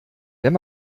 wenn